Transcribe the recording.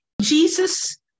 Jesus